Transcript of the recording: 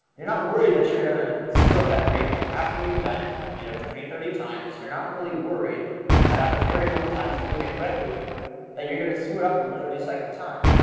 you're not worried that you're gonna screw up that greeting. after you've done it you know twenty or thirty times, you're not really worried that after thirty one times of doing it correctly that you're gonna screw it up on the thirty second time,